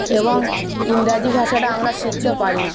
এবং ইংরাজি ভাষাটা আমরা শিখতে পারি না